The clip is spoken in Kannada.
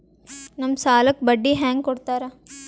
ನಮ್ ಸಾಲಕ್ ಬಡ್ಡಿ ಹ್ಯಾಂಗ ಕೊಡ್ತಾರ?